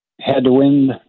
headwind